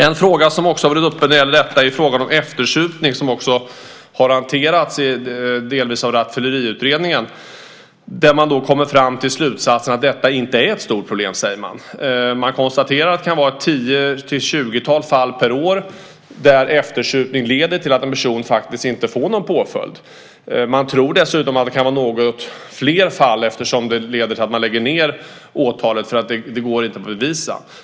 En fråga som också har varit uppe när det gäller detta är frågan om eftersupning, som också delvis har hanterats av rattfylleriutredningen. Man har kommit fram till slutsatsen att detta inte är något stort problem. Man konstaterar att det kan vara 10-20 fall per år där eftersupning leder till att en person faktiskt inte får någon påföljd. Man tror dessutom att det kan vara något fler fall eftersom det leder till att man lägger ned åtalet därför att det inte går att bevisa.